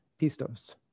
pistos